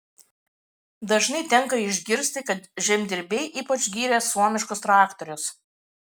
dažnai tenka išgirsti kad žemdirbiai ypač giria suomiškus traktorius